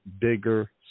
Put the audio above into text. bigger